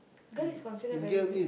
girl is considered very big